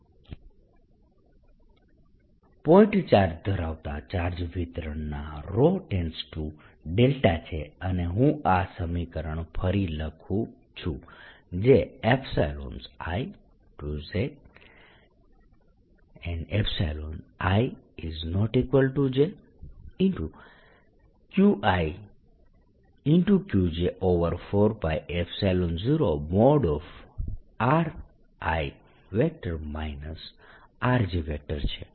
E12VrrdV point charge ધરાવતા charge વિતરણના છે અને હું આ સમીકરણ ફરી લખું છું જે i j ijQi Qj4π0 | ri rj| છે